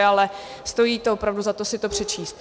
Ale stojí to opravdu za to si to přečíst.